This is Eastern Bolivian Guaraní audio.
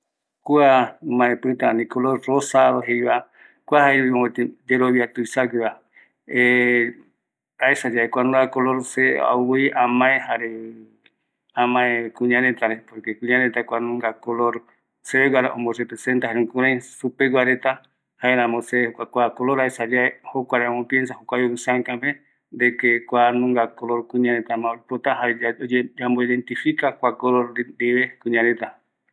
Kua mbaepïta ani color rosado jeiva, kua jae mbaepoti yerovia tuisagueva, aesa yave kuanunga color ouvi ämae kuñaretare, por que kuanunga clor seveguara omo representa kare jukurai supeguareta, jaerämo se kua color aesa yave, jokuare amo piensa, ouma añono sëäkape, de que kuanunga color, kuñareta ma oipota jayave ombo identifica kua color kuñareta.